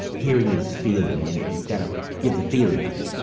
hearing is feeling and you've gotta give the feeling of it.